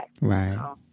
Right